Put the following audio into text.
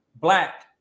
black